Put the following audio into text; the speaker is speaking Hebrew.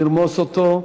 לרמוס אותו,